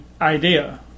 idea